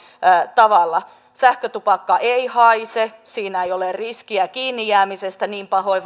tavalla sähkötupakka ei haise siinä ei ole riskiä kiinnijäämisestä vanhemmille niin pahoin